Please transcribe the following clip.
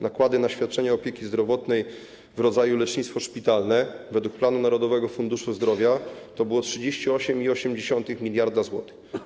Nakłady na świadczenia opieki zdrowotnej w rodzaju lecznictwo szpitalne według planu Narodowego Funduszu Zdrowia to było 38,8 mld zł.